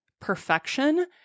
perfection